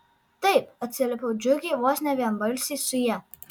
taip atsiliepiau džiugiai vos ne vienbalsiai su ja